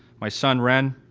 my son wren,